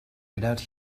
without